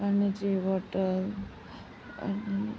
पाण्याची बॉटल आणि